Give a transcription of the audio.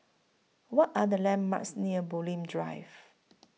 What Are The landmarks near Bulim Drive